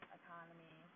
economy